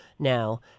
Now